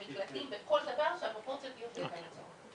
במקלטים, בכל דבר, שהפרופורציות יהיו בהתאם לצורך.